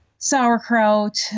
sauerkraut